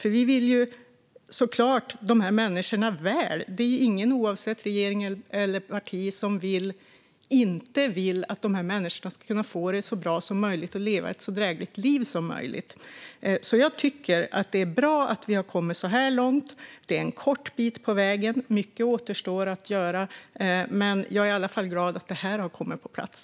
Vi vill nämligen självklart de här människorna väl; det är ingen i vare sig regeringen eller något parti som inte vill att dessa människor ska kunna få det så bra som möjligt och leva ett så drägligt liv som möjligt. Jag tycker alltså att det är bra att vi har kommit så här långt. Det är en kort bit på vägen och mycket återstår att göra, men jag är i alla fall glad att detta har kommit på plats.